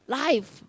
life